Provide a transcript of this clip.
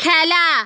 খেলা